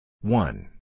one